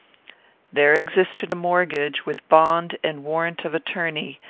there existed a mortgage, with bond and warrant of attorney,